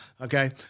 okay